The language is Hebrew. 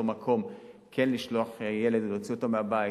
מקום כן לשלוח ילד ולהוציא אותו מהבית,